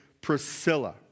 Priscilla